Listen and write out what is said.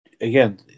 again